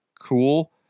cool